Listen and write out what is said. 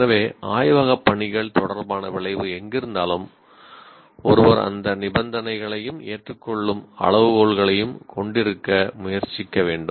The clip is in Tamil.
எனவே ஆய்வகப் பணிகள் தொடர்பான விளைவு எங்கிருந்தாலும் ஒருவர் அந்த நிபந்தனைகளையும் ஏற்றுக்கொள்ளும் அளவுகோல்களையும் கொண்டிருக்க முயற்சிக்க வேண்டும்